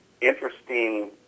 interesting